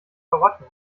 karotten